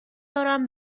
دارم